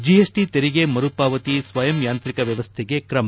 GST ತೆರಿಗೆ ಮರುಪಾವತಿ ಸ್ವಯಂ ಯಾಂತ್ರಿಕ ವ್ಯವಸ್ಥೆಗೆ ಕ್ರಮ